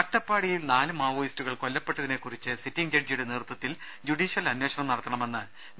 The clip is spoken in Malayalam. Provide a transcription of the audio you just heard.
അട്ടപ്പാടിയിൽ നാല് മാവോയിസ്റ്റുകൾ കൊല്ലപ്പെട്ടതിനെ കുറിച്ച് സിറ്റിങ് ജഡ്ജി യുടെ നേതൃത്തിൽ ജുഡീഷ്യൽ അന്വേഷണം നടത്തണമെന്ന് വി